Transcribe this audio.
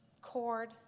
cord